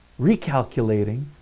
Recalculating